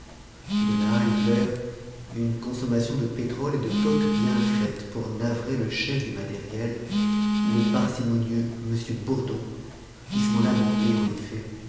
de là l'hiver une consommation de pétrole et de coke bien faite pour navrer le chef du matériel le parcimonieux m bourdon qui s'en lamentait en effet